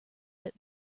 that